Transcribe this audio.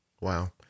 Wow